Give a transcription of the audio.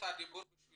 רשות הדיבור שלו.